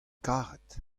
karet